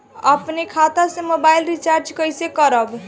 अपने खाता से मोबाइल रिचार्ज कैसे करब?